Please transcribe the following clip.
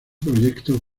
proyecto